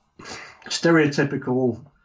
stereotypical